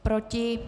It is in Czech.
Proti?